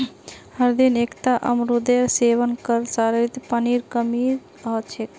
हरदिन एकता अमरूदेर सेवन कर ल शरीरत पानीर कमी नई ह छेक